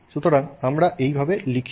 সুতরাং আমরা এইভাবে লিখি